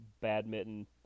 badminton